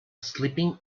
sleeping